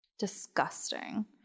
disgusting